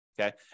Okay